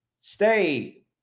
stay